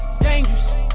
Dangerous